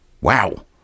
Wow